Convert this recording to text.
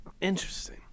Interesting